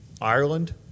Ireland